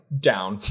down